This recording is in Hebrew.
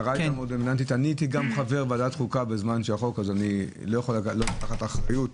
אני הייתי חבר ועדת חוקה בזמן החוק אז אני לא יכול לא לקחת אחריות,